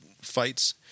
fights